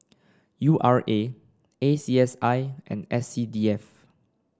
U R A A C S I and S C D F